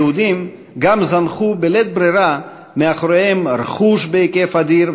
היהודים גם זנחו בלית-ברירה מאחוריהם רכוש בהיקף אדיר,